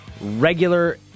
regular